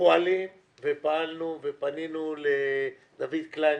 פועלים ופעלנו וכבר פנינו לדוד קליין,